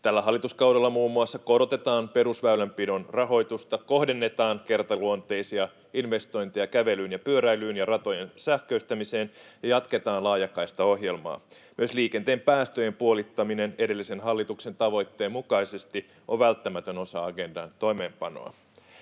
Tällä hallituskaudella muun muassa korotetaan perusväylänpidon rahoitusta, kohdennetaan kertaluonteisia investointeja kävelyyn ja pyöräilyyn ja ratojen sähköistämiseen ja jatketaan laajakaistaohjelmaa. Myös liikenteen päästöjen puolittaminen edellisen hallituksen tavoitteen mukaisesti on välttämätön osa Agendan toimeenpanoa.